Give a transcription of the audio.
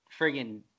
friggin